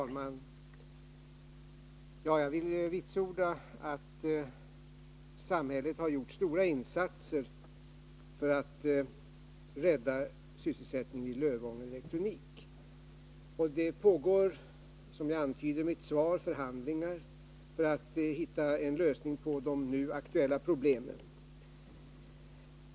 Herr talman! Jag vill vitsorda att samhället gjort stora insatser för att rädda sysselsättningen i Lövånger Elektronik AB, och det pågår — som jag antyder i mitt svar — förhandlingar för att hitta en lösning på de nu aktuella problemen.